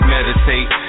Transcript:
Meditate